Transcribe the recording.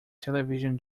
television